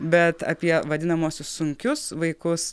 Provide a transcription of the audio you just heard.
bet apie vadinamuosius sunkius vaikus